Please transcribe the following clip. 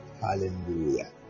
Hallelujah